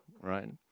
right